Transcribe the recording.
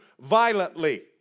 violently